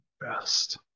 best